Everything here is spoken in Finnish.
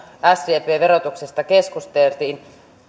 sdpn verotuksista keskusteltiin